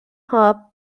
hub